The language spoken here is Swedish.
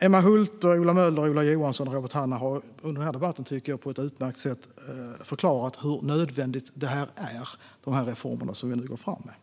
Emma Hult, Ola Möller, Ola Johansson och Robert Hannah har under den här debatten, tycker jag, på ett utmärkt sätt förklarat hur nödvändiga de reformer som vi nu går fram med är.